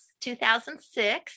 2006